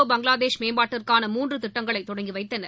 பங்களாதேஷ் மேம்பாட்டிற்கான மூன்று திட்டங்களை தொடங்கி வைத்தனர்